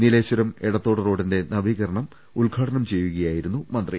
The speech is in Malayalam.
നീല്പേശ്വരം എടത്തോട് റോഡിന്റെ നവീകരണം ഉദ്ഘാടനം ചെയ്യുകയായിരുന്നു മന്ത്രി